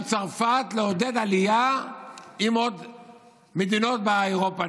צרפת לעודד עלייה ומעוד מדינות באירופה.